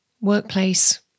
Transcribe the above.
workplace